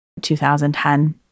2010